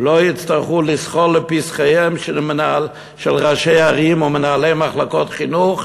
לא יצטרכו לזחול לפתחיהם של ראשי ערים ומנהלי מחלקות חינוך,